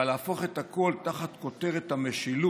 אבל להפוך את הכול, תחת הכותרת "משילות",